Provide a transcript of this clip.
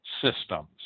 systems